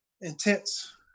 intense